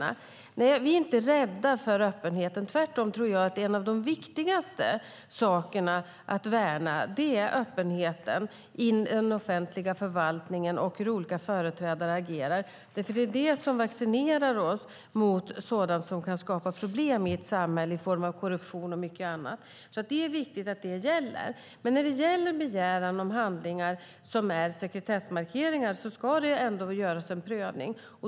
Nej, vi är inte rädda för öppenheten. Tvärtom! En av de viktigaste sakerna att värna är öppenheten i den offentliga förvaltningen och hur olika företrädare agerar. Det är vad som vaccinerar oss mot sådant som kan skapa problem i ett samhälle i form av korruption och mycket annat. Öppenheten är viktig. När det gäller en begäran om att få ta del av handlingar som har sekretessmarkeringar ska det ändå göras en prövning.